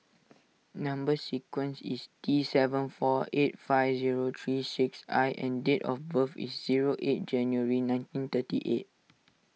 Number Sequence is T seven four eight five zero three six I and date of birth is zero eight January nineteen thirty eight